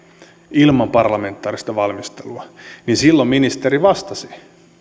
ilman parlamentaarista valmistelua silloin ministeri vastasi